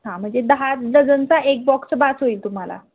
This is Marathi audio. हां म्हणजे दहा डझनचा एक बॉक्स बास होईल तुम्हाला